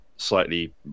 slightly